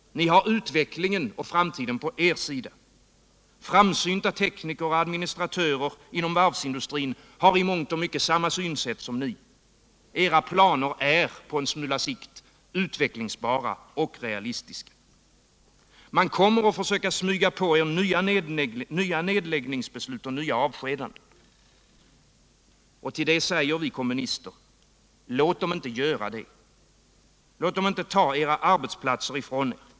Ni har utvecklingen och framtiden på er sida. Framsynta tekniker och administratörer inom varvsindustrin har i mångt och mycket samma synsätt som ni. Era planer är på sikt utvecklingsbara och realistiska. Man kommer att försöka smyga på er nya nedläggningsbeslut, nya avskedanden. Till det säger vi kommunister: Låt dem inte göra det. Låt dem inte ta era arbetsplatser ifrån er.